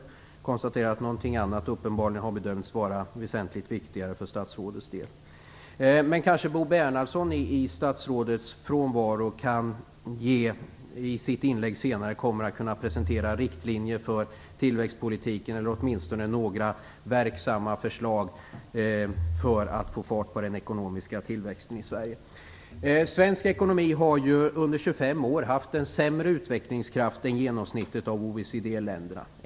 Jag konstaterar att något annat uppenbarligen har bedömts vara väsentligt viktigare för statsrådets del. Men i statsrådets frånvaro kan kanske Bo Bernhardsson senare i sitt inlägg presentera riktlinjer för tillväxtpolitiken eller åtminstone några verksamma förslag för att få fart på den ekonomiska tillväxten i Svensk ekonomi har under 25 år haft en sämre utvecklingskraft än genomsnittet av OECD-länderna.